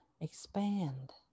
expand